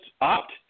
opt